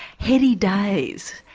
heady days,